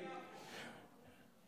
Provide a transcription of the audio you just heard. חברים,